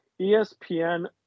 espn